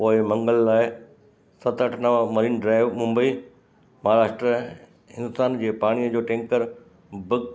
पोएं मंगलु लाइ सत अठ नव मरीन ड्राइव मुम्बई माराष्ट्र हिंदुस्तान जे पाणीअ जो टैंकर बि